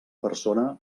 persona